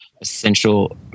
essential